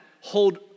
hold